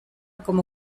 como